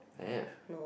have